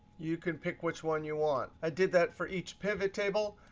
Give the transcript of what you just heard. you can pick which one you want. i did that for each pivot table.